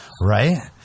right